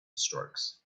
strokes